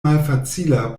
malfacila